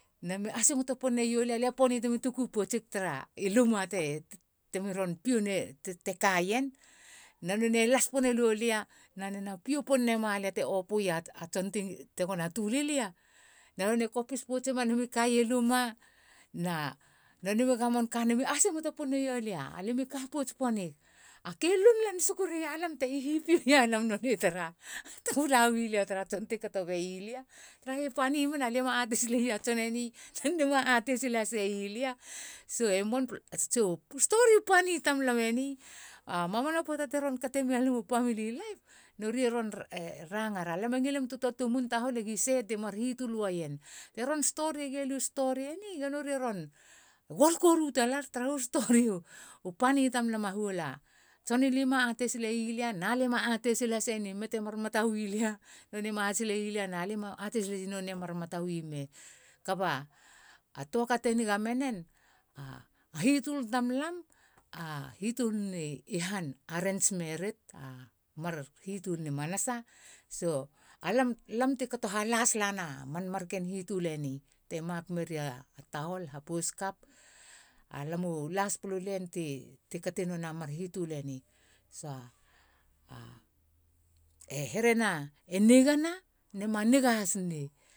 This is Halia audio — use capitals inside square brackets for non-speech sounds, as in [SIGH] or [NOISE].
Nemi asingoto poni neiolia, lia poni temi tuku poutsig tara i luma temi ron piou [HESITATION] te kaien. Na nonei las poni loulia nanena pio pon nema lia tara tson tegona töli lia, na nonei kopis poutsima nemi kaia i luma na nonei mi gamon ka na nonei e asingoto poni neiolia, alia mi ka pouts ponig. A ka e lunlan suku rea lam te hihipiou ia lam nonei tara tego lau lia tara tson ti kato beilia taraha e pani mena, alia ma atei silei a tson eni na nonei ema atei sil hasei lia. [HESITATION] so u stori u pani tamlam eni a mamana pöata te roron kate mia lam u pamili laip, nori e ron [HESITATION] rangar alam e ngilina tu töa tu moun tahol egi sei ti mar hitol uaien. Te ron storie gia lia u stori eni, nori e ron gol koru talar, taraha u stori u pani tamlam a huola. A tson ili ema atei silei lia na lia ma atei sil haseien ne i me te mar mata uen, lia na lia i ma atei silei i me te mar mata uaien. Kaba töa ka te niga meien a hitol tamlam a hitol ni han, areits merit, a mar hitol ni manasa. So alam lam ti kato halas lana manmar hitol eni, te mak meri a tahol, hapous kap. A lam u laspala u len ti kati nonei a mar hitol eni. Sa, [HESITATION] e herena e nigana, nema niga has nei.